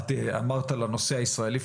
את אמרת על הנושא הישראלי,